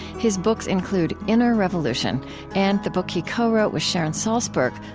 his books include inner revolution and the book he co-wrote with sharon salzberg,